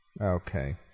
Okay